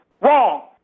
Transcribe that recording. wrong